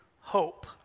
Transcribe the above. hope